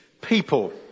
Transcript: people